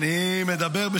אני מדבר,